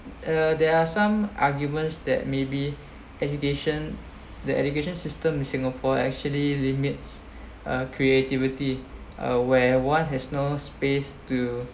uh there are some arguments that maybe education the education system in singapore actually limits uh creativity uh where one has no space to